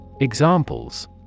Examples